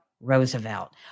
Roosevelt